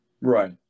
Right